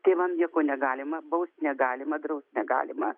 tėvam nieko negalima baust negalima draust negalima